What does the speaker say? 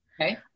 Okay